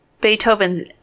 Beethoven's